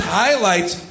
highlights